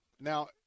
Now